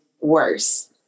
worse